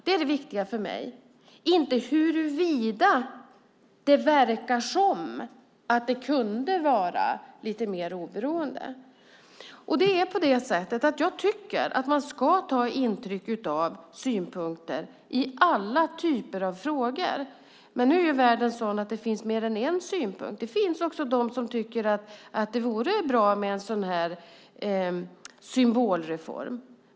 Det är det viktiga för mig, inte huruvida det verkar som att det kunde vara lite mer oberoende. Jag tycker att man ska ta intryck av synpunkter i alla typer av frågor, och nu är ju världen sådan att det finns mer än en synpunkt. Det finns också de som tycker att det vore bra med en sådan här symbolreform.